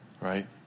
Right